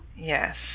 Yes